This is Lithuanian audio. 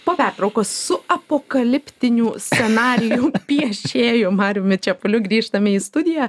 po pertraukos su apokaliptinių scenarijų piešėju mariumi čepuliu grįžtame į studiją